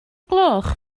gloch